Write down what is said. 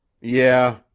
Yeah